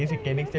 I know